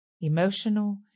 emotional